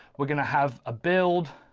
we're going to have a build.